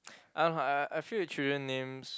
I uh I feel that children names